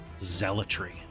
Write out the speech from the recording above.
zealotry